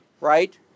right